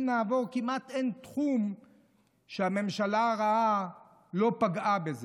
אם נעבור, כמעט אין תחום שהממשלה הרעה לא פגעה בו.